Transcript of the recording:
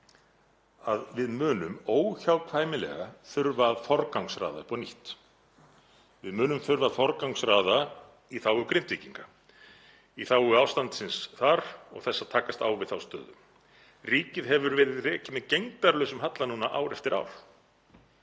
að við munum óhjákvæmilega þurfa að forgangsraða upp á nýtt. Við munum þurfa að forgangsraða í þágu Grindvíkinga, í þágu ástandsins þar og þess að takast á við þá stöðu. Ríkið hefur verið rekið með gegndarlausum halla núna ár eftir ár